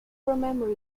remember